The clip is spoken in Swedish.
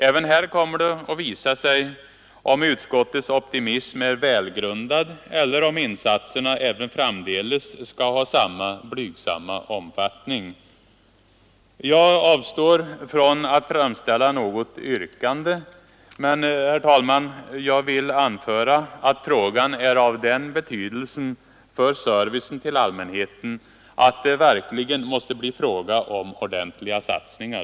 Även här kommer det att visa sig om utskottets optimism är välgrundad eller om insatserna även framdeles skall ha samma blygsamma omfattning. Jag avstår från att framställa något yrkande, men jag vill herr talman, anföra att frågan är av den betydelsen för servicen till allmänheten att det verkligen måste bli fråga om ordentliga satsningar.